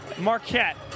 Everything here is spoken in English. Marquette